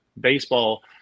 baseball